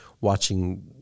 watching